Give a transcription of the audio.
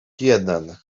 jeden